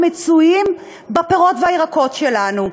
שמצויים בפירות ובירקות שלנו.